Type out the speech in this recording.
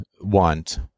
want